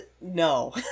No